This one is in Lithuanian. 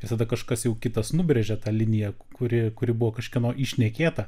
visada kažkas jau kitas nubrėžia tą liniją kuri kuri buvo kažkieno įšnekėta